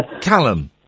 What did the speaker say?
Callum